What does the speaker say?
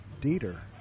Dieter